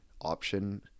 option